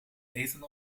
eten